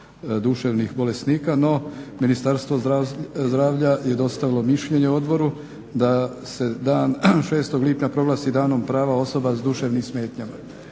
duševnih bolesnika. No, Ministarstvo zdravlja je dostavilo mišljenje odboru da se dan 6. lipnja proglasi Danom prava osoba s duševnim smetnjama.